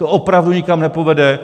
To opravdu nikam nepovede.